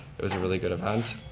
it was a really good event.